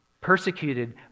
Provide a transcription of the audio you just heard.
persecuted